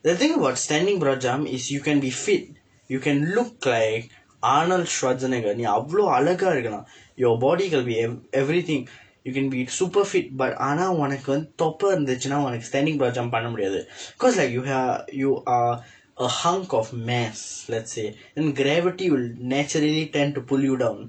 the thing about standing broad jump is you can be fit you can look like arnold schwarzenegger நீ அவ்வளவு அழகா இருக்கலாம்:nii avvalavu azhakaa irukkalaam your body could be eve~ everything you can be super fit but ஆனா உனக்கு வந்து தொப்பை இருந்ததுனா உனக்கு:aanaa unakku vandthu thoppai irundthathunaa unakku standing broad jump பண்ண முடியாது:panna mudiyaathu cause like you ah you are a hunk of mass let's say then gravity will naturally tend to pull you down